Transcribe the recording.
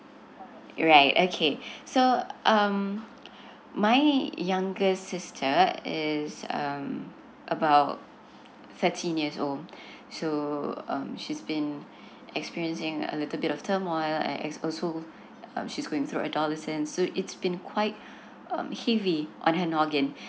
right okay so um my youngest sister is um about thirteen years old so um she's been experiencing a little bit of turmoil and also um she's going through adolescent so it's been quite um on her all again